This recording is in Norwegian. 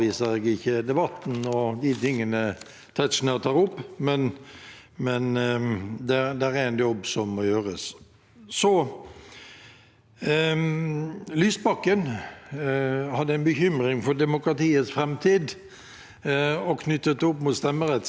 Lysbakken hadde en bekymring for demokratiets framtid knyttet til stemmerettsalder. Det er relevant å si. Jeg er også bekymret for demokratiets framtid – av flere grunner. For det første synes jeg aksjonsdemokratiet